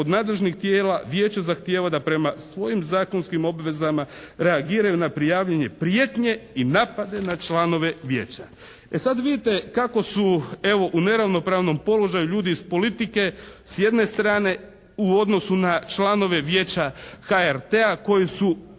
«Od nadležnih tijela Vijeće zahtijeva da prema svojim zakonskim obvezama reagiraju na prijavljanje prijetnje i napade na članove Vijeća.» E sad vidite kako su evo u neravnopravnom položaju ljudi iz politike s jedne strane u odnosu na članove Vijeća HRT-a koji su